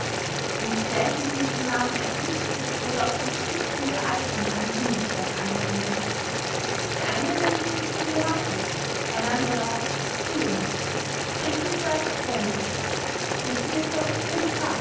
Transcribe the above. nicht selten sind diese namen erdichtet oder aus den schriften der alten an kindesstatt angenommen der eine nennt sich telemachus ein anderer stelenus ein dritter laentes ein vierter